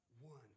One